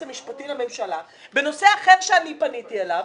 המשפטי לממשלה בנושא אחר שאני פניתי אליו,